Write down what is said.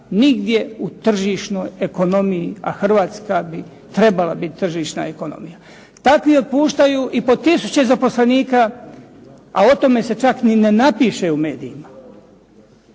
nigdje u tržišnoj ekonomiji, a Hrvatska bi trebala biti tržišna ekonomija. Takvi otpuštaju i po tisuće zaposlenika, a o tome se čak ni ne napiše u medijima.